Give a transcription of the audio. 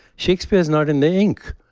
shakespeare is not in the ink,